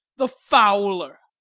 the fouler.